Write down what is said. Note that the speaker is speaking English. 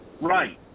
Right